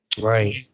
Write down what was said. Right